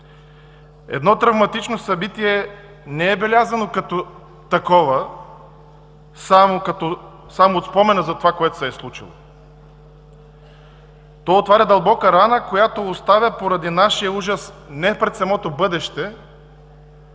Едно травматично събитие не е белязано като такова само от спомена за това, което се е случило. То отваря дълбока рана, която оставя, поради нашия ужас не пред самото бъдеще,